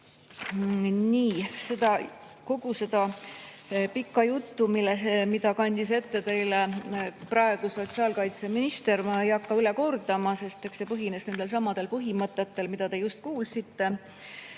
Kogu seda pikka juttu, mille kandis ette sotsiaalkaitseminister, ma ei hakka üle kordama, sest eks see põhines nendelsamadel põhimõtetel, mida te just kuulsite.